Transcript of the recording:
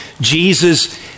Jesus